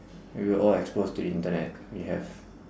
we were all exposed to internet we have